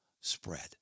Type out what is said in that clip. spread